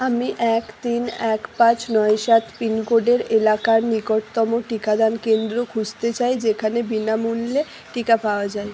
আমি এক তিন এক পাঁচ নয় সাত পিনকোডের এলাকার নিকটতম টিকাদান কেন্দ্র খুঁজতে চাই যেখানে বিনামূল্যে টিকা পাওয়া যায়